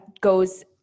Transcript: goes